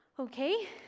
okay